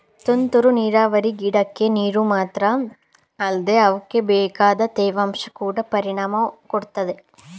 ತುಂತುರು ನೀರಾವರಿ ಗಿಡಕ್ಕೆ ನೀರು ಮಾತ್ರ ಅಲ್ದೆ ಅವಕ್ಬೇಕಾದ ತೇವಾಂಶ ಕೊಡ ಪರಿಣಾಮ ಕೊಡುತ್ತೆ